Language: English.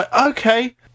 okay